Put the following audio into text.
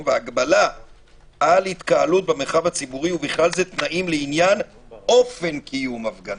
והגבלה על התקהלות במרחב הציבורי ובכלל זה תנאים לעניין אופן קיום הפגנה.